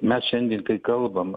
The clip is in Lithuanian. mes šiandien kai kalbam